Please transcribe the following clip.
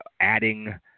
adding